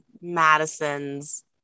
Madison's